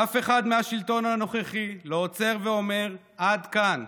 אף אחד מהשלטון הנוכחי לא עוצר ואומר: עד כאן,